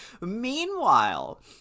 Meanwhile